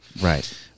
Right